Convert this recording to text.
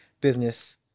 business